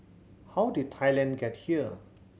how did Thailand get here